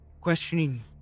questioning